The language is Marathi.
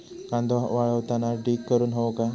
कांदो वाळवताना ढीग करून हवो काय?